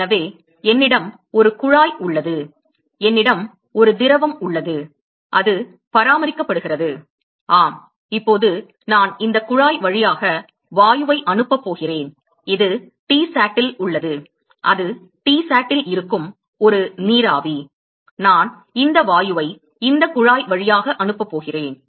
எனவே என்னிடம் ஒரு குழாய் உள்ளது என்னிடம் ஒரு திரவம் உள்ளது அது பராமரிக்கப்படுகிறது ஆம் இப்போது நான் இந்த குழாய் வழியாக வாயுவை அனுப்பப் போகிறேன் இது Tsat இல் உள்ளது அது Tsatல் இருக்கும் ஒரு நீராவி நான் இந்த வாயுவை இந்தக் குழாய் வழியாக அனுப்பப் போகிறேன்